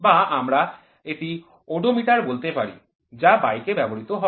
বা আমরা এটি ওডোমিটার বলতে পারি যা বাইকে ব্যবহৃত হয়